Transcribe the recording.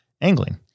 angling